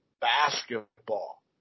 basketball